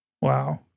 Wow